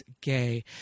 Gay